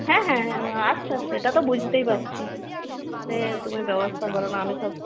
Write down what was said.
হ্যাঁ হ্যাঁ হ্যাঁ আচ্ছা সেটা তো বুঝতেই পারছি সে তুমি ব্যবস্থা করো না আমি সব